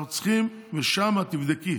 אנחנו צריכים, ושם תבדקי,